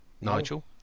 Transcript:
Nigel